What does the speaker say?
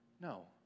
no